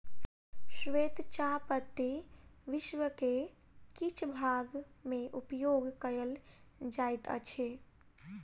श्वेत चाह पत्ती विश्व के किछ भाग में उपयोग कयल जाइत अछि